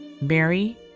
Mary